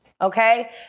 Okay